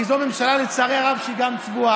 כי לצערי הרב זו ממשלה שהיא גם צבועה.